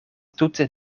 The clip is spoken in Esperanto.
tute